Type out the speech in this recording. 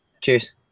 Cheers